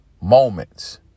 moments